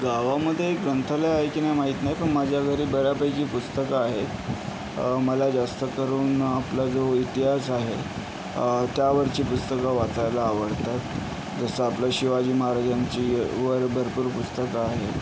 गावामध्ये ग्रंथालय आहे की नाही माहीत नाही पण माझ्या घरी बऱ्यापैकी पुस्तकं आहेत मला जास्त करून आपला जो इतिहास आहे त्यावरची पुस्तकं वाचायला आवडतात जसं आपल्या शिवाजी महाराजांची वर भरपूर पुस्तकं आहेत